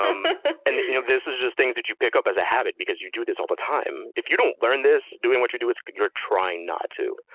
um and and you know this is just things that you pick up as a habit because you do this all the time. if you don't learn this doing what you do, you're trying not to.